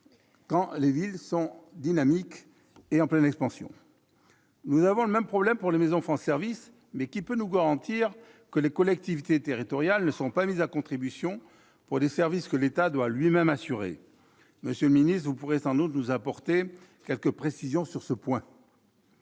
dans les villes dynamiques et en pleine expansion. Nous rencontrons la même problématique pour les maisons France services. Qui peut nous garantir que les collectivités territoriales ne seront pas mises à contribution pour des services que l'État doit lui-même assurer ? Monsieur le secrétaire d'État, sans doute pourrez-vous nous apporter des précisions sur ce point.